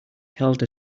held